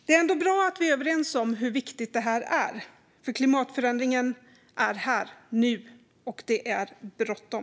Det är bra att vi är överens om hur viktigt det här är, för klimatförändringen är här nu och det är bråttom.